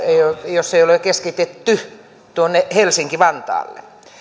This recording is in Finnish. jos ei ole keskitetty tuonne helsinki vantaalle